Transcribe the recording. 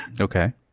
Okay